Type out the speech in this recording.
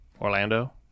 Orlando